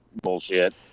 Bullshit